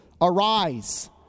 Arise